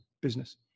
business